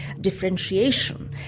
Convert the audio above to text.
differentiation